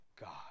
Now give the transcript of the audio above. God